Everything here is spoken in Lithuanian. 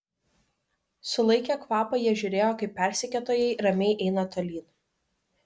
sulaikę kvapą jie žiūrėjo kaip persekiotojai ramiai eina tolyn